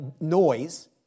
noise